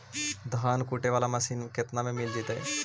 धान कुटे बाला मशीन केतना में मिल जइतै?